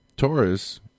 Taurus